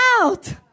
out